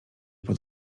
pod